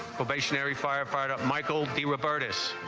of a sherry firefighter michael d, regardless